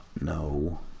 No